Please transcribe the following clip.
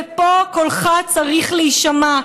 ופה קולך צריך להישמע.